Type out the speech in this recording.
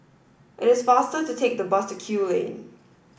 it is faster to take the bus to Kew Lane